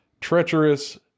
treacherous